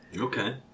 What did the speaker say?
Okay